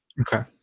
Okay